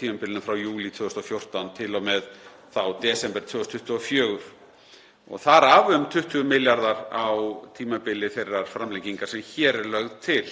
tímabilinu frá júlí 2014 til og með desember 2024, þar af um 20 milljarðar á tímabili þeirrar framlengingar sem hér er lögð til.